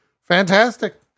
Fantastic